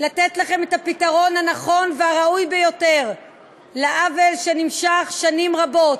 לתת לכם את הפתרון הנכון והראוי ביותר לעוול שנמשך שנים רבות.